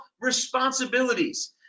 responsibilities